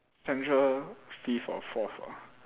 central fifth or fourth ah